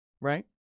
Right